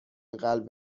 قلب